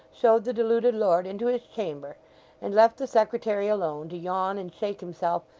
showed the deluded lord into his chamber and left the secretary alone, to yawn and shake himself,